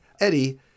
Eddie